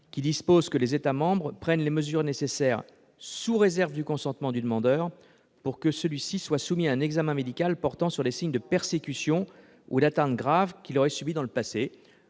dispose que les États membres prennent les mesures nécessaires, sous réserve du consentement du demandeur, pour que celui-ci soit soumis à un examen médical portant sur des signes de persécutions ou d'atteintes graves qu'il aurait subies dans le passé.